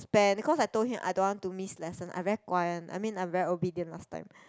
bad because I told him I don't want to miss lesson I very guai one I mean I'm very obedient last time